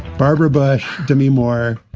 barbara bush, demi moore.